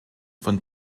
von